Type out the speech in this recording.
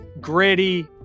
Gritty